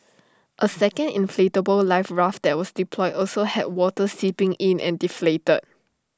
A second inflatable life raft that was deployed also had water seeping in and deflated